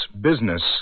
business